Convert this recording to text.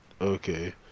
Okay